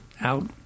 out